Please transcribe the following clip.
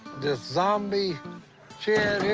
this zombie shed here